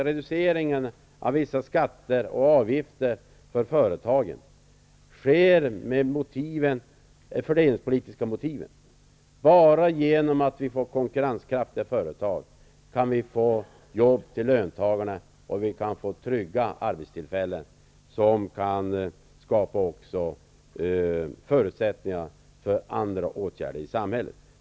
Reduceringen av vissa skatter och avgifter för företagen sker med fördelningspolitiska motiv. Enbart genom att få konkurrenskraftiga företag kan vi få jobb till löntagarna och trygga arbetstillfällen som kan skapa förutsättningar för andra åtgärder i samhället.